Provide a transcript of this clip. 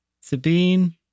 sabine